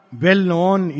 well-known